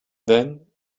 then